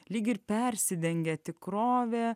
lyg ir persidengia tikrovė